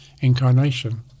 incarnation